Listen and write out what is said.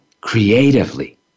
creatively